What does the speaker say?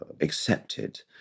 accepted